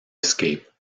escape